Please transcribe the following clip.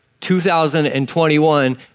2021